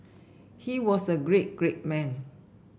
he was a great great man